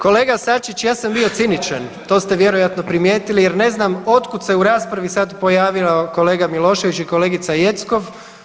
Kolega Sačić, ja sam bio ciničan to ste vjerojatno primijetili, jer ne znam od kuda se u raspravi sada pojavio kolega Milošević i kolegica Jeckov.